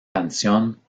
canción